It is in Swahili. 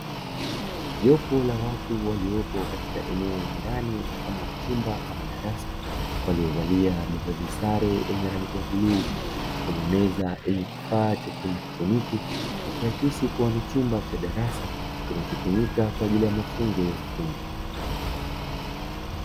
Jopo la watu waliopo katika eneo la ndani mfano wa chumba ama darasa, waliovalia mavazi sare yenye rangi ya bluu, kwenye meza yenye kifaa cha kielektroniki. Ikiakisi kuwa ni chumba cha darasa, kinachotumika kwa ajili ya mafunzo ya ufundi.